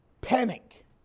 panic